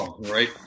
Right